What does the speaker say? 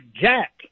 jack